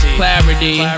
clarity